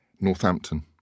Northampton